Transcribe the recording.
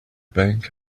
bank